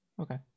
Okay